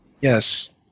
Yes